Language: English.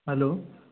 hello